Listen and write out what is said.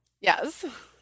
Yes